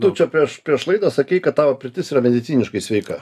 tu čia prieš prieš laidą sakei kad tavo pirtis yra mediciniškai sveika